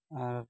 ᱟᱨ